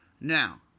Now